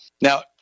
Now